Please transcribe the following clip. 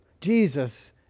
Jesus